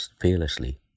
fearlessly